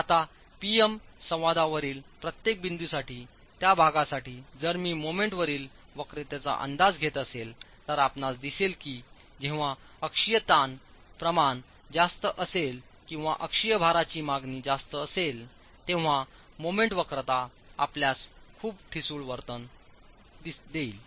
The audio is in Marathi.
आता P M संवादावरील प्रत्येक बिंदूसाठी त्या भागासाठी जर मी मोमेंट वरील वक्रतेचा अंदाज घेत असेल तर आपणास दिसेल की जेव्हा अक्षीय ताण प्रमाण जास्त असेल किंवा अक्षीय भारांची मागणी जास्त असेल तेव्हा मोमेंट वक्रता आपल्यास खूप ठिसूळ वर्तन असेल